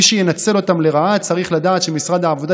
מי שינצל אותם לרעה צריך לדעת שמשרד העבודה